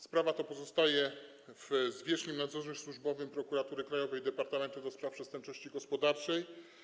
Sprawa ta pozostaje w zwierzchnim nadzorze służbowym Prokuratury Krajowej Departamentu do Spraw Przestępczości Gospodarczej.